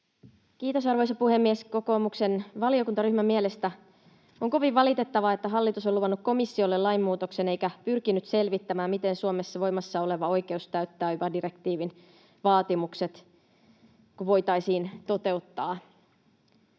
Kiitos, arvoisa puhemies! Kokoomuksen valiokuntaryhmän mielestä on kovin valitettavaa, että hallitus on luvannut komissiolle lainmuutoksen eikä pyrkinyt selvittämään, miten Suomessa voimassa oleva oikeus täyttää yva-direktiivin vaatimukset ja miten ne voitaisiin toteuttaa